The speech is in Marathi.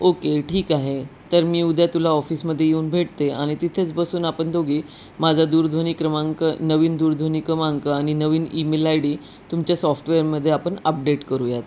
ओके ठीक आहे तर मी उद्या तुला ऑफिसमध्ये येऊन भेटते आणि तिथेच बसून आपण दोघी माझा दूरध्वनी क्रमांक नवीन दूरध्वनी क्रमांक आणि नवीन ईमेल आय डी तुमच्या सॉफ्टवेअरमध्ये आपण अपडेट करूयात